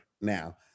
now